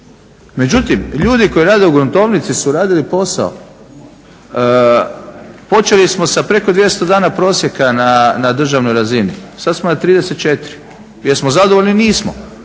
Međutim, ljudi koji rade u gruntovnici su radili posao. Počeli smo sa preko 200 dana prosjeka na državnoj razini. Sad smo na 34. Jesmo zadovoljni? Nismo.